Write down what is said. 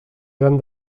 gran